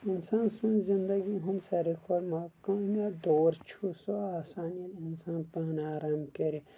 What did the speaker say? اِنسان سٕنٛز زنٛدگی ہُنٛد ساروی کھۄتہ ناکامیاب دور چھُ سُہ آسان ییٚلہِ اِنسان پانہٕ آرام کرِ